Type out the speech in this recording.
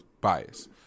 bias